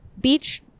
beach